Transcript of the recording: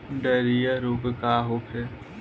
Diarrhoea रोग का होखे?